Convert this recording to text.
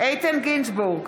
איתן גינזבורג,